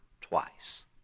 twice